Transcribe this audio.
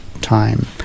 time